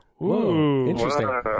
Interesting